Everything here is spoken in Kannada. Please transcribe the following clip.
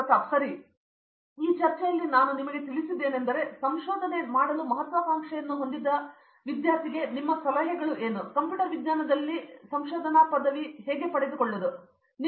ಪ್ರತಾಪ್ ಹರಿಡೋಸ್ ಹಾಗಾಗಿ ಈ ಚರ್ಚೆಯಲ್ಲಿ ನಾನು ನಿಮಗೆ ತಿಳಿಸಿದ್ದೇನೆಂದರೆ ಸಂಶೋಧನೆ ಮಾಡಲು ಮಹತ್ವಾಕಾಂಕ್ಷೆಯನ್ನು ಹೊಂದಿದ ಯಾರಿಗಾದರೂ ನಿಮ್ಮ ಸಲಹೆ ಹೇಳಿಕೆಗಳು ಕಂಪ್ಯೂಟರ್ ವಿಜ್ಞಾನದಲ್ಲಿ ಸಂಶೋಧನಾ ಪದವಿಗೆ ಬರುವುದು ಹೇಗೆ